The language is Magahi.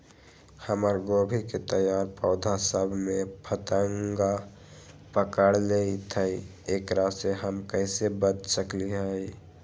हमर गोभी के तैयार पौधा सब में फतंगा पकड़ लेई थई एकरा से हम कईसे बच सकली है?